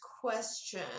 question